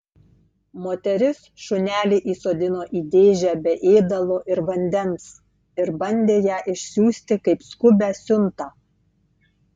moteris šunelį įsodino į dėžę be ėdalo ir vandens ir bandė ją išsiųsti kaip skubią siuntą